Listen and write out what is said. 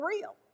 real